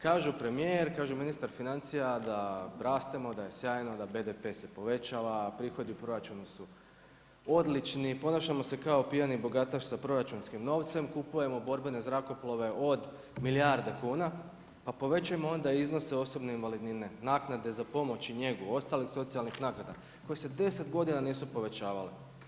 Kažu premjer, kažu ministar financija, da rastemo, da je sjajno da se BDP povećava, prihodi u proračunu su odlični, ponašamo se kao pijani bogataš sa proračunskim novcem, kupujemo borbene zrakoplove od milijarde kuna, pa povećajmo onda iznose osobne invalidnine, naknade za pomoć i njegu, ostalih socijalnih naknada, koji se 10 godina nisu povećavali.